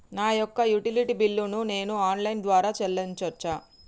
నా యొక్క utility bill ను నేను ఆన్ లైన్ ద్వారా చెల్లించొచ్చా?